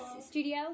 studio